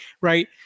Right